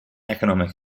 economic